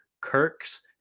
kirk's